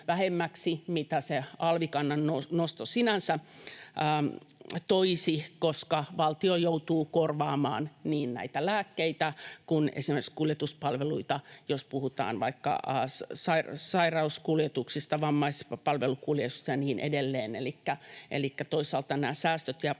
mitä se alvikannan nosto sinänsä toisi, koska valtio joutuu korvaamaan niin näitä lääkkeitä kuin esimerkiksi kuljetuspalveluita, jos puhutaan vaikka sairauskuljetuksista, vammaispalvelukuljetuksista ja niin edelleen. Elikkä toisaalta nämä säästöt jäävät